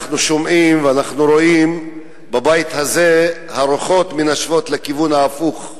אנחנו שומעים ורואים שבבית הזה הרוחות מנשבות לכיוון ההפוך.